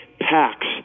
packs